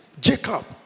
Jacob